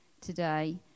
today